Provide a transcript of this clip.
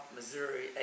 Missouri